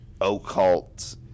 occult